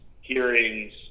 hearings